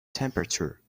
temperature